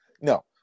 no